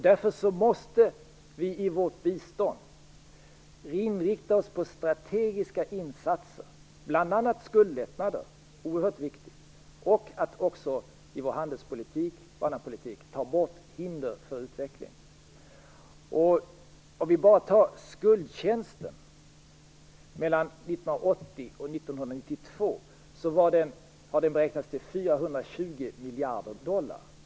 Därför måste vi i vårt bistånd inrikta oss på strategiska insatser, bl.a. skuldlättnader - det är oerhört viktigt - och att ta bort hinder för utveckling i vår handelspolitik och i annan politik. miljarder dollar.